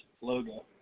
logo